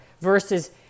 versus